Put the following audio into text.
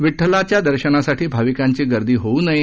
विड्ठलाच्या दर्शनासाठी भाविकांची गर्दी होऊ नये